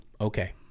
Okay